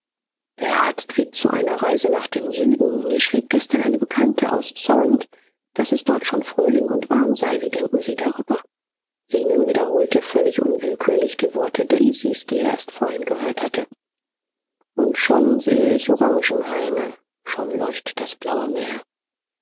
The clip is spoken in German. der arzt riet zu einer reise nach dem süden mir schrieb gestern eine bekannte aus sorrent daß es dort schon frühling und warm sei wie denken sie darüber zenon wiederholte völlig unwillkürlich die worte daisys die er erst vorhin gehört hatte und schon sehe ich orangenhaine schon leuchtet das blaue meer